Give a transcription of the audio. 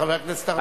חבר הכנסת ארדן.